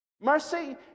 Mercy